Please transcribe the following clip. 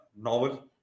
novel